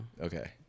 Okay